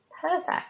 Perfect